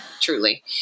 truly